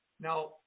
Now